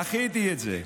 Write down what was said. דחיתי את זה.